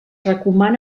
recomana